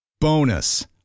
Bonus